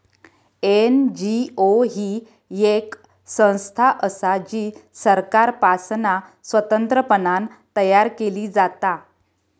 NGO ही येक संस्था असा जी सरकारपासना स्वतंत्रपणान तयार केली जाता